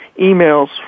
emails